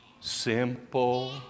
simple